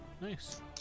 Nice